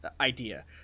idea